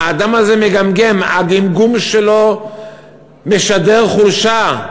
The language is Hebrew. האדם הזה מגמגם, הגמגום שלו משדר חולשה.